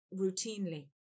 routinely